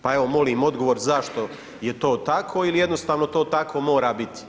Pa evo, molim odgovor zašto je to tako ili jednostavno to tako mora biti?